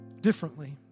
differently